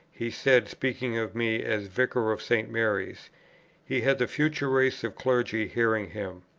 he said, speaking of me as vicar of st. mary's he had the future race of clergy hearing him.